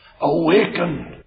awakened